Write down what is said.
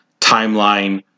timeline